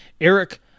Eric